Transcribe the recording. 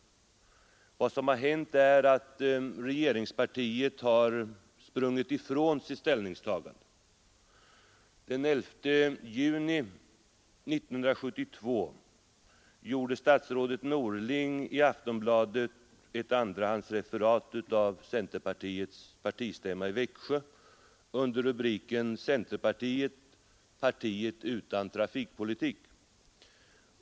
Vad som har hänt är att får detta emellertid inte medföra att vägupprustningen i andra regeringspartiet har sprungit ifrån sitt ställningstagande. Den 11 juni 1972 gjorde statsrådet Norling i Aftonbladet ett andrahandsreferat av centerpartiets partistämma i Växjö under rubriken ”Centerpartiet — partiet utan trafikpolitik”.